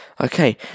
Okay